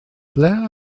ble